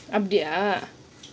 அப்படியா:appdiyaa